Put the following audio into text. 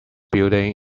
building